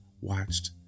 watched